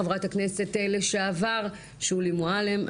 חברת הכנסת לשעבר שולי מועלם.